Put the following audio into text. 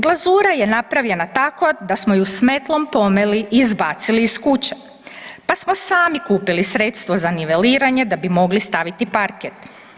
Glazura je napravljena tako da smo ju s metlom pomeli i izbacili iz kuće, pa smo sami kupili sredstvo za niveliranje da bi mogli staviti parket.